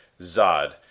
Zod